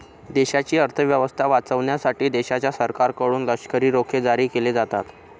देशाची अर्थ व्यवस्था वाचवण्यासाठी देशाच्या सरकारकडून लष्करी रोखे जारी केले जातात